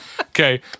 Okay